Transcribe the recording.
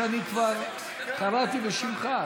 שאני כבר קראתי בשמך.